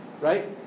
right